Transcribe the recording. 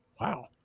Wow